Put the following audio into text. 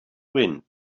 wind